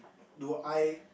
do I